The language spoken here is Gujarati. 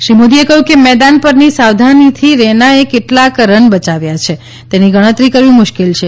શ્રી મોદીએ કહ્યું કે મેદાન પરની સાવધાનીથી રૈનાએ કેટલા રન બચાવ્યા છે તેની ગણતરી કરવીમુશ્કેલ છે